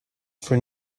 for